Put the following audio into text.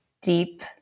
deep